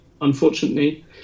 unfortunately